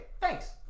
thanks